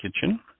kitchen